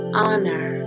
honor